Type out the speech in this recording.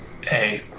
Hey